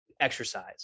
exercise